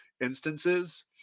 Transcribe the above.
instances